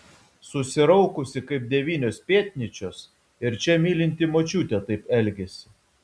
susiraukusi kaip devynios pėtnyčios ir čia mylinti močiutė taip elgiasi